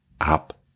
up